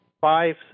five